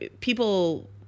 people